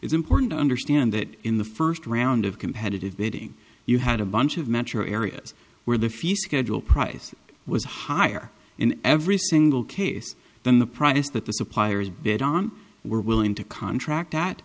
it's important to understand that in the first round of competitive bidding you had a bunch of metro areas where the few schedule price was higher in every single case than the price that the suppliers bid on were willing to contract that